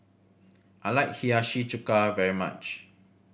I like Hiyashi Chuka very much